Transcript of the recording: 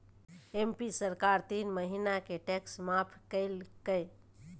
MP सरकार तीन महीना के टैक्स माफ कइल कय